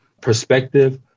perspective